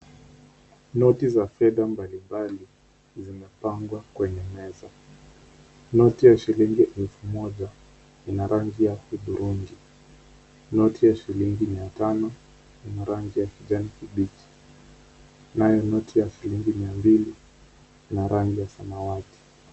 Noti za fedha mbalimbali zimepangwa kwa meza. Noti ya shilingi elfu moja ina rangi ya kidhurungi. Noti ya shilingi mia tano ina rangi ya kijani kibichi nayo noti ya shilingi mia mbili ina rangi ya samawati.